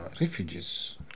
refugees